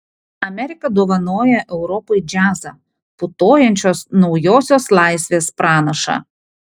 amerika dovanoja europai džiazą putojančios naujosios laisvės pranašą